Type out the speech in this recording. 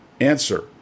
Answer